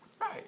Right